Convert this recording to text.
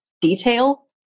detail